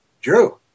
Drew